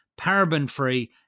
paraben-free